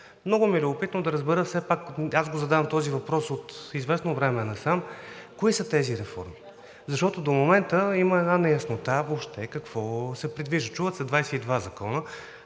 Много ми е любопитно да разбера, все пак аз го задавам този въпрос от известно време насам, кои са тези реформи? Защото до момента има една неяснота въобще какво се предвижда? Чуват се 22 закона.